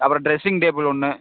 அப்புறம் dressing table ஒன்று